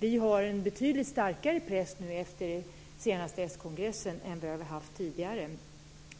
Vi har en betydligt starkare press nu efter senaste s-kongressen än vad vi har haft tidigare.